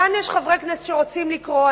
כאן יש חברי כנסת שרוצים לקרוא.